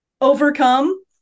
Overcome